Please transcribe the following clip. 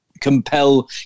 compel